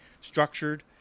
structured